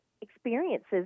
experiences